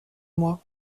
moi